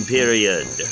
Period